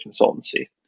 consultancy